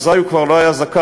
הוא כבר לא היה זכאי,